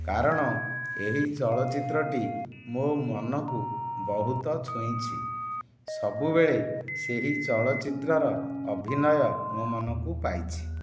କାରଣ ଏହି ଚଳଚ୍ଚିତ୍ରଟି ମୋ ମନକୁ ବହୁତ ଛୁଇଁଛି ସବୁବେଳେ ସେହି ଚଳଚିତ୍ରର ଅଭିନୟ ମୋ ମନକୁ ପାଇଛି